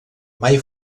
mai